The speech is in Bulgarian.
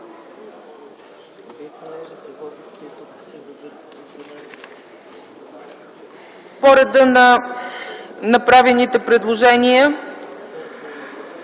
по реда на направените предложения.